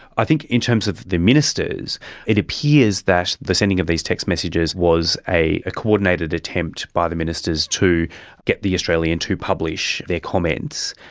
i think in terms of the ministers it appears that the sending of these text messages was a coordinated attempt by the ministers to get the australian to publish their comments,